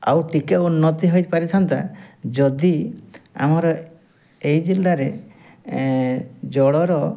ଆଉ ଟିକେ ଉନ୍ନତ୍ତି ହୋଇ ପାରିଥାନ୍ତା ଯଦି ଆମର ଏଇ ଜିଲ୍ଲାରେ ଜଳ ର